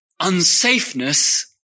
unsafeness